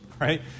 right